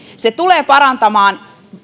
se tulee parantamaan